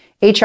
HR